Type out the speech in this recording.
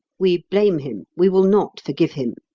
we blame him, we will not forgive him.